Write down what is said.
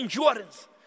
endurance